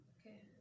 okay